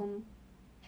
just 染 lah